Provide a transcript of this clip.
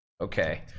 Okay